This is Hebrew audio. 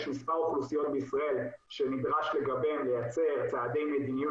יש מספר אוכלוסיות בישראל שנדרש לגביהם לייצר צעדי מדיניות